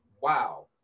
wow